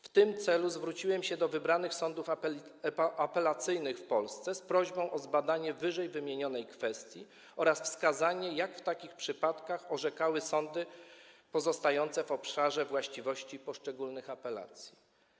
W tym celu zwróciłem się do wybranych sądów apelacyjnych w Polsce z prośbą o zbadanie ww. kwestii oraz wskazanie, jak w takich przypadkach orzekały sądy pozostające w obszarze właściwości poszczególnych apelacji.